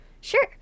Sure